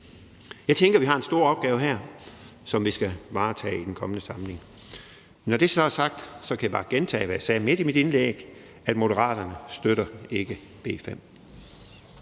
Jeg tænker, at vi har en stor opgave her, som vi skal varetage i den kommende samling. Når det er sagt, kan jeg bare gentage, hvad jeg sagde midt i mit indlæg, nemlig at Moderaterne ikke støtter B 5.